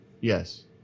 yes